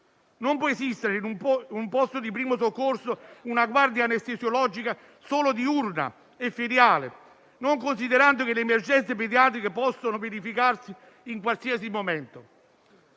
Non può esistere, in un posto di primo soccorso, una guardia anestesiologica solo diurna e feriale, non considerando che le emergenze pediatriche possono verificarsi in qualsiasi momento.